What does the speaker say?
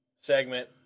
segment